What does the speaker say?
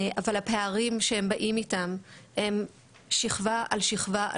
אבל הפערים שהם באים איתם הם שיכבה על שיכבה,